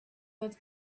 was